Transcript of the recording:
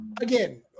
again